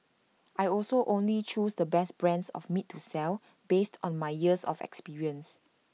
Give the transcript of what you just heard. I also only choose the best brands of meat to sell based on my years of experience